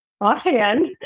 offhand